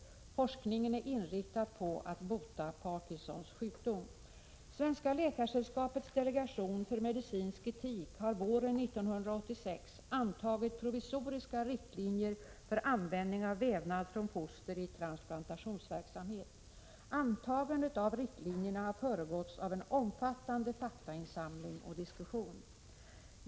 Forskningen är inriktad på att bota Parkinsons sjukdom. Svenska läkaresällskapets delegation för medicinsk etik har våren 1986 antagit provisoriska riktlinjer för användning av vävnad från foster i transplantationsverksamhet. Antagandet av riktlinjerna har föregåtts av en omfattande faktainsamling och diskussion.